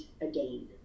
again